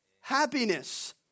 happiness